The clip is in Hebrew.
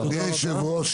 אדוני היושב ראש,